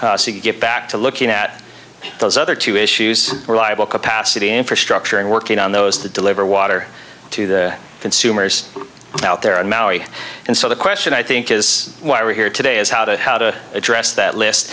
to get back to looking at those other two issues reliable capacity infrastructure and working on those to deliver water to the consumers out there on maui and so the question i think is why we're here today is how to how to address that list